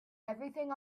everything